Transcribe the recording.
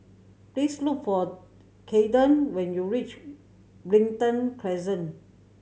please look for Cayden when you reach Brighton Crescent